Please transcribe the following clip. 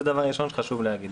זה דבר ראשון שחשוב להגיד.